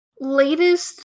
latest